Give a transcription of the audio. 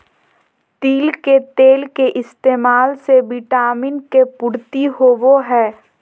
तिल के तेल के इस्तेमाल से विटामिन के पूर्ति होवो हय